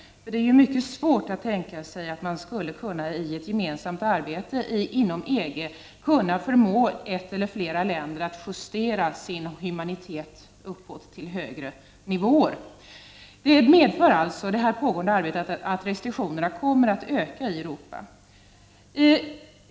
Det är nämligen mycket svårt att tänka sig att man i ett gemensamt arbete inom EG skulle kunna förmå ett land eller flera länder att justera sin humanitet uppåt till högre nivåer. Det pågående arbetet medför alltså att restriktionerna kommer att öka i Europa.